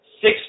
six